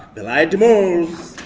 belay demoz.